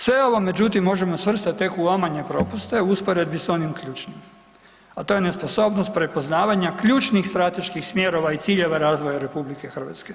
Sve ovo međutim možemo svrstati tek u omanje propuste u usporedbi s onim ključnim, a to je nesposobnost prepoznavanja ključnih strateških smjerova i ciljeva razvoja RH.